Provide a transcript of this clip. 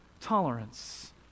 tolerance